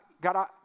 God